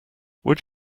would